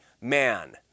man